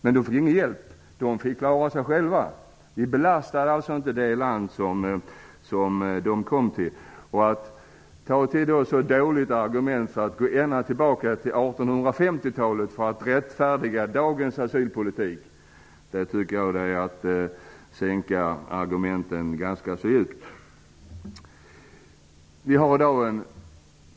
Men de fick ingen hjälp. De fick klara sig själva. De belastade alltså inte det land som de kom till. Att gå ända tillbaka till 1850-talet för att rättfärdiga dagens asylpolitik är att sänka argumentationsnivån ganska djupt.